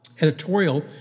editorial